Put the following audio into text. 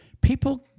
People